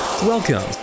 Welcome